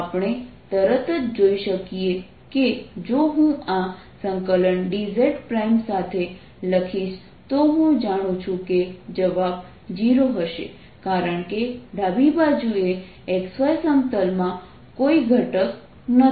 આપણે તરત જ જોઈ શકીએ કે જો હું આ dz સાથે લખીશ તો હું જાણું છું કે જવાબ 0 હશે કારણ કે ડાબી બાજુએ x y સમતલમાં કોઈ ઘટક નથી